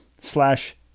slash